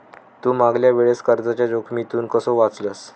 तू मागल्या वेळेस कर्जाच्या जोखमीतून कसो वाचलस